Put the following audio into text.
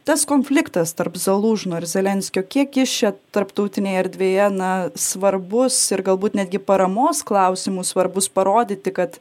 tas konfliktas tarp zalužno ir zelenskio kiek jis čia tarptautinėje erdvėje na svarbus ir galbūt netgi paramos klausimu svarbus parodyti kad